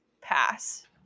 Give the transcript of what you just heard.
pass